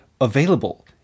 available